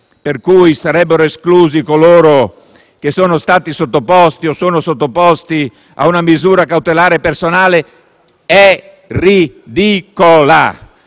per cui sarebbero esclusi coloro che sono stati o sono sottoposti a una misura cautelare personale, è ridicola.